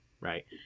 right